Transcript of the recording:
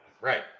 Right